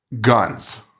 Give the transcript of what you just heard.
guns